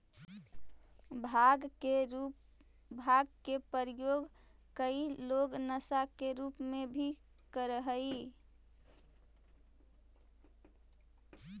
भाँग के प्रयोग कई लोग नशा के रूप में भी करऽ हई